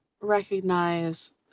recognize